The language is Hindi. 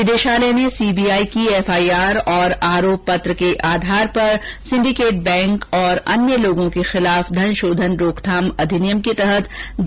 निदेशालय ने सीबीआई की एफआईआर और आरोपपत्र के आधार पर सिंडीकेट बैंक और अन्य लोगों के खिलाफ धनशोधन रोकथाम अधिनियम के तहत जांच शुरू की थी